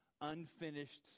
unfinished